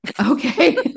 Okay